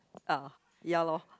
ah ya lor